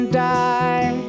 die